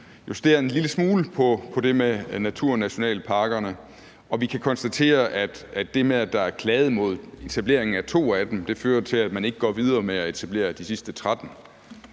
justeret en lille smule på det med naturnationalparkerne, og vi kan konstatere, at det med, at der er klaget imod etableringen af to af dem, fører til, at man ikke går videre med at etablere de sidste 13.